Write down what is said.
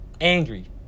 Angry